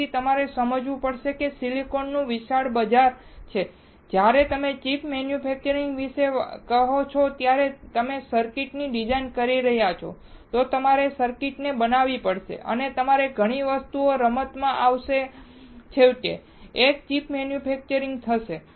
તેથી તમારે સમજવું પડશે કે સિલિકોન નું વિશાળ બજાર છે અને જ્યારે તમે ચિપ મેન્યુફેક્ચરિંગ વિશે કહો છો એટલે કે તમે સર્કિટ ની ડિઝાઇન કરી રહ્યા છો તો તમારે સર્કિટને બનાવવી પડશે અને તમારે ઘણી વસ્તુઓ રમતમાં આવશે છેવટે એક ચિપ મેન્યુફેક્ચર થશે